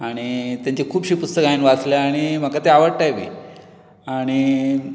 आनी तांचीं खुबशीं पुस्तकां हांवें वाचल्यात आनी म्हाका ते आवडटाय बी आनी